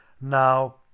now